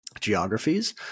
geographies